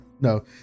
no